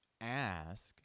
ask